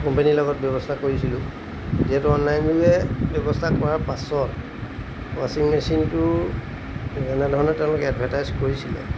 কোম্পানীৰ লগত ব্যৱস্থা কৰিছিলোঁ যিহেতু অনলাইনযোগে ব্যৱস্থা কৰাৰ পাছত ৱাচিং মেচিনটো যেনেধৰণে তেওঁলোকে এডভাৰটাইজ কৰিছিলে